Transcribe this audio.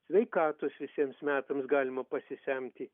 sveikatos visiems metams galima pasisemti